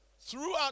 Throughout